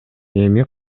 эми